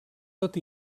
tot